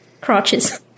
crotches